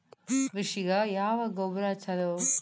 ಕೃಷಿಗ ಯಾವ ಗೊಬ್ರಾ ಛಲೋ?